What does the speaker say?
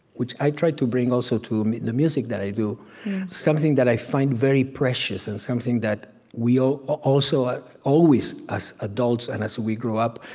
which i try to bring, also, to the music that i do something that i find very precious and something that we um also, always, as adults and as we grow up,